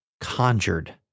conjured